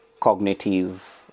cognitive